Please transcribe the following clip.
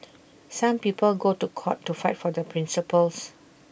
some people go to court to fight for their principles